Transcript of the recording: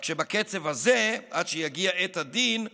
רק שבקצב הזה, עד שתגיע עת הדין,